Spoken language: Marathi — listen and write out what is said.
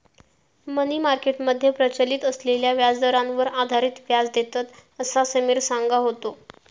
मनी मार्केट मध्ये प्रचलित असलेल्या व्याजदरांवर आधारित व्याज देतत, असा समिर सांगा होतो